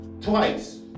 Twice